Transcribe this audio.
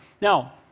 Now